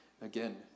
again